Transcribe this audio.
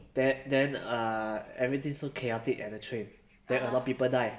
then then err everything so chaotic at the train then a lot of people die